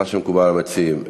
מה שמקובל על המציעים.